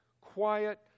quiet